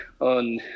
on